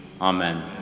Amen